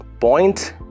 point